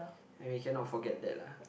and we cannot forget that lah